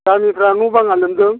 गामिफोरा न' बांआ लोमदों